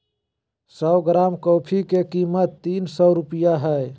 सो gram coffee के कीमत तीन सो रुपया हइ